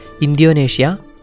Indonesia